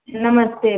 नमस्ते